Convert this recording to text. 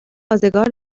ازگار